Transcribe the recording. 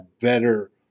better